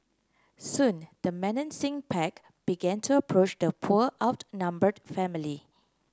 soon the menacing pack began to approach the poor outnumbered family